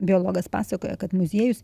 biologas pasakoja kad muziejus